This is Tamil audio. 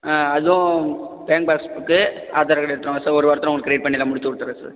அதுவும் bank pass book Aadhaar card எடுத்துகிட்டு வாங்க சார் ஒரு வாரத்தில் உங்களுக்கு கிளியர் பண்ணி நான் முடிச்சு கொடுத்துறேன் சார்